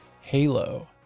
Halo